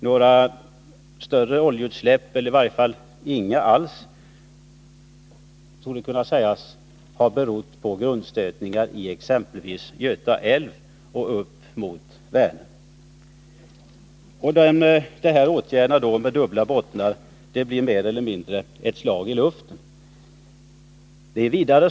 Inga oljeutsläpp har berott på grundstötningar i exempelvis Göta älv upp till Vänern. Åtgärden blir således mer eller mindre ett slag i luften.